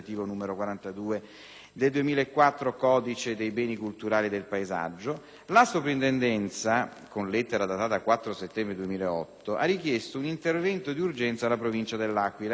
del 2004 (codice dei beni culturali e del paesaggio), la Soprintendenza, con lettera datata 4 settembre 2008, ha richiesto un intervento di urgenza alla Provincia de L'Aquila ed al Comune di Capistrello,